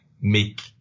make